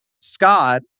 Scott